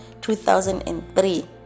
2003